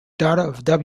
daughter